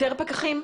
יותר פקחים?